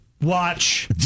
Watch